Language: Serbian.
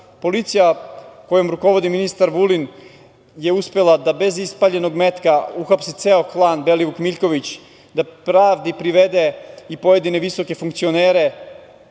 Policija kojom rukovodi ministar Vulin je uspela da bez ispaljenog metka uhapse ceo klan Belivuk, Miljković, da pravdi privede i pojedine visoke funkcionere,